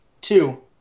Two